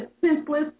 senseless